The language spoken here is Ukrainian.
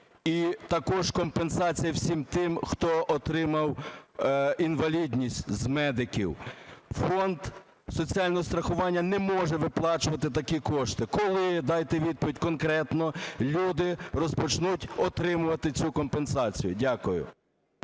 і також компенсація всім тим, хто отримав інвалідність з медиків. Фонд соціального страхування не може виплачувати такі кошти. Коли, дайте відповідь конкретно, люди розпочнуть отримувати цю компенсацію? Дякую.